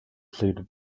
ceded